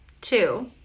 Two